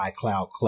iCloud